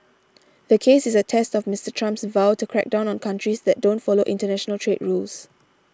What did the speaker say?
the case is a test of Mister Trump's vow to crack down on countries that don't follow international trade rules